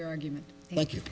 your argument like you